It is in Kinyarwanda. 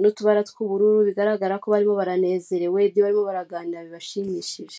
n'utubara tw'ubururu bigaragara ko barimo baranezerewe ibyo barimo baraganira bibashimishije